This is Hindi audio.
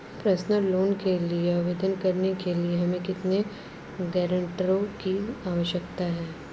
पर्सनल लोंन के लिए आवेदन करने के लिए हमें कितने गारंटरों की आवश्यकता है?